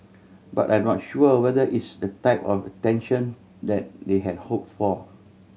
but I'm not sure whether it's the type of attention that they had hope for